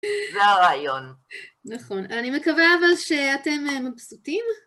זה הרעיון. נכון. אני מקווה אבל שאתם מבסוטים?